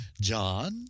John